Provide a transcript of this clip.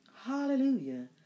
Hallelujah